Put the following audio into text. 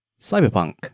Cyberpunk